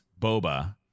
Boba